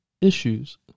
issues